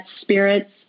spirits